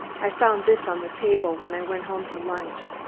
i found this on the table when i went home to lunch.